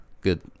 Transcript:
good